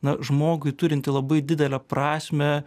na žmogui turinti labai didelę prasmę